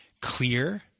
clear